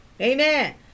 Amen